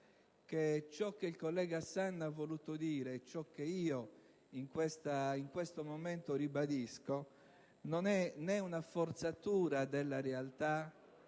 che ciò che il collega ha voluto dire, e che io in questo momento ribadisco, non è né una forzatura della realtà,